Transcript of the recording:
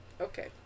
okay